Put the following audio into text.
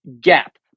gap